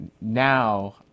Now